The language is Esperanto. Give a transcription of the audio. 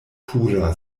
pura